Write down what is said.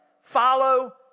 follow